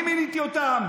אני מיניתי אותם?